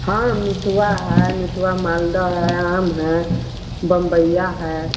हाँ मिठुवा है मिठुवा मालदा है आम है बम्बईया है